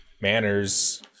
manners